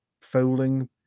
folding